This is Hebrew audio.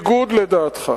זה בניגוד לדעתך,